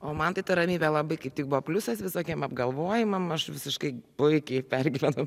o man tai ta ramybė labai kaip tik buvo pliusas visokiem apgalvojimam aš visiškai puikiai pergyvenau